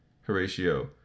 Horatio